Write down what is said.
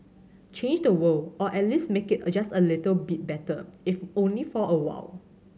change the world or at least make it adjust a little bit better if only for a while